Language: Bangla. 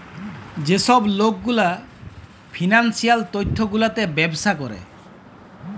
যে ছব লক গুলা ফিল্যাল্স তথ্য গুলাতে ব্যবছা ক্যরে